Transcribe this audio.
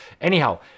Anyhow